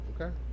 Okay